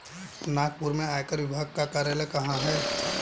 नागपुर में आयकर विभाग का कार्यालय कहाँ है?